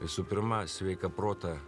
visų pirma sveiką protą